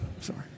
sorry